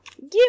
give